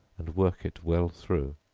and work it well through.